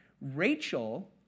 Rachel